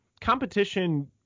competition